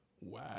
Wow